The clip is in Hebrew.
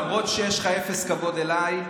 למרות שיש לך אפס כבוד אליי,